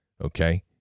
Okay